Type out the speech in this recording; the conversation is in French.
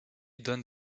donne